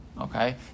Okay